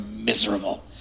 miserable